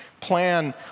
plan